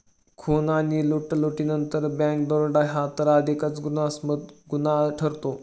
खून आणि लुटालुटीनंतर बँक दरोडा हा तर अधिकच घृणास्पद गुन्हा ठरतो